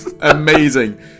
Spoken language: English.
Amazing